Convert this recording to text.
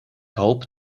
hoop